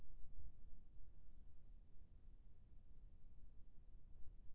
हमन हाल मा आलू लगाइ बर खेत तियार कर सकथों?